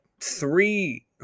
three